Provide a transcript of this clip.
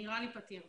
נראה לי פתיר.